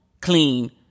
clean